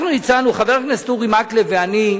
אנחנו, חבר הכנסת אורי מקלב ואני,